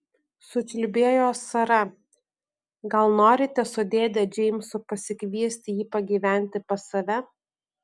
sučiulbėjo sara gal norite su dėde džeimsu pasikviesti jį pagyventi pas save